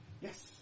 Yes